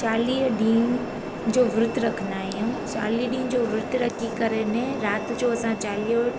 चालीह ॾींहं जो विर्तु रखंदा आहियूं चालीह ॾींहं जो विर्तु रखी करे ने राति जो असां चालीहो